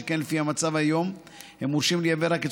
שכן לפי המצב היום הם מורשים לייבא רק את